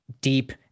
deep